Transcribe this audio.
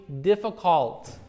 difficult